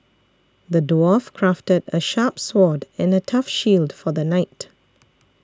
the dwarf crafted a sharp sword and a tough shield for the knight